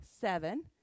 seven